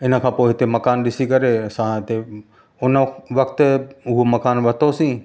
हिन खां पोइ हिते मकान ॾिसी करे असां हिते हुन वक़्तु उहो मकान वतोसीं